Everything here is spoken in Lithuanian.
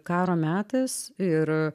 karo metas ir